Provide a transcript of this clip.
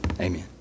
Amen